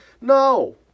No